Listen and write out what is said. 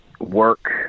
work